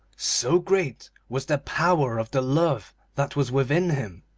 so great was the power of the love that was within him.